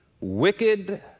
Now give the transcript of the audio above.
wicked